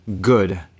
good